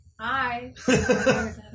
Hi